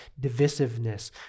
divisiveness